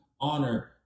honor